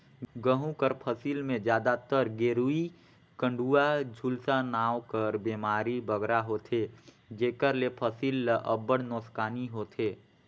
गहूँ कर फसिल में जादातर गेरूई, कंडुवा, झुलसा नांव कर बेमारी बगरा होथे जेकर ले फसिल ल अब्बड़ नोसकानी होथे